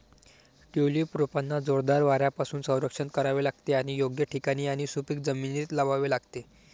tulip रोपांना जोरदार वाऱ्यापासून संरक्षण करावे लागते आणि योग्य ठिकाणी आणि सुपीक जमिनीत लावावे लागते